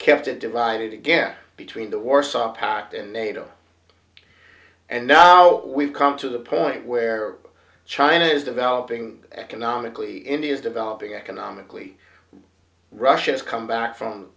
kept it divided again between the warsaw pact and nato and now we've come to the point where china is developing economically india is developing economically russia has come back from